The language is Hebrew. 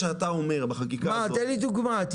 תן לי דוגמה.